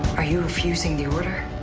are you refusing the order?